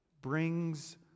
brings